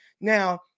Now